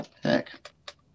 Heck